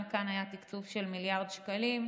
גם כאן היה תקצוב של מיליארד שקלים.